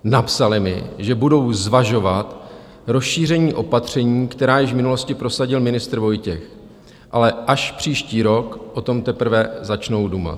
Napsali mi, že budou zvažovat rozšíření opatření, která již v minulosti prosadil ministr Vojtěch, ale až příští rok o tom teprve začnou dumat.